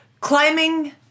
climbing